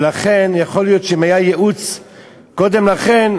ולכן יכול להיות שאם היה ייעוץ קודם לכן,